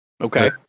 Okay